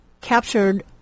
captured